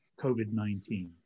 COVID-19